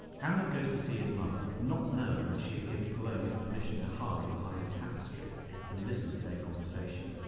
hamlet goes to see his mother not knowing that she's given polonius permission to hide behind a tapestry and listen to their conversation.